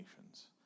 Nations